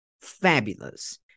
fabulous